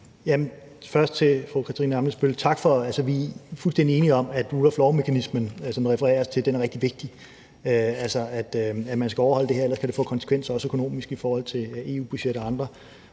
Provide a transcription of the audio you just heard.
Først til fru Katarina Ammitzbøll: Tak. Vi er fuldstændig enige om, at rule og law-mekanismen, som der refereres til, er rigtig vigtig, altså, at man skal overholde det her, ellers kan det få konsekvenser, også økonomiske, i forhold til EU-budgettet og andre